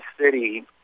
city